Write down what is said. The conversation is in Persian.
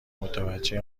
متوجه